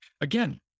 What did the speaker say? again